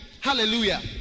hallelujah